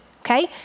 okay